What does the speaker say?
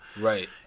Right